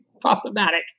problematic